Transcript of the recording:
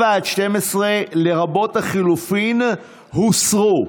7 עד 12, לרבות לחלופין, הוסרו.